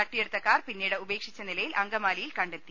തട്ടിയെടുത്ത കാർ പിന്നീട് ഉപേക്ഷിച്ച നിലയിൽ അങ്കമാലിയിൽ കണ്ടെത്തി